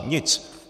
Nic.